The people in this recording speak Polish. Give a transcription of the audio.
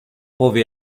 powie